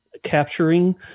capturing